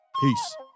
Peace